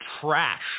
trash